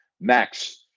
Max